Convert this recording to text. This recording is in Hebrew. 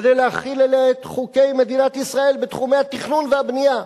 כדי להחיל עליה את חוקי מדינת ישראל בתחומי התכנון והבנייה,